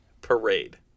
parade